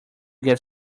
get